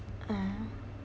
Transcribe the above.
ah